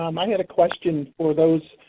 um i had a question for those